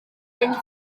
gen